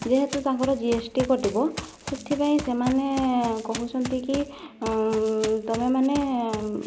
ଯେହେତୁ ତାଙ୍କର G S T କଟିବ ସେଥିପାଇଁ ସେମାନେ କହୁଛନ୍ତି କି ତମେମାନେ